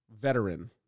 veteran